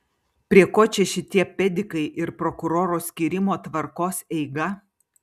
prie ko čia šitie pedikai ir prokuroro skyrimo tvarkos eiga